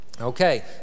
Okay